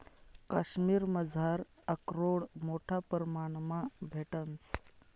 काश्मिरमझार आकरोड मोठा परमाणमा भेटंस